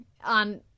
on